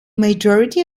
majority